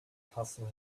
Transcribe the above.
hustle